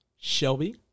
shelby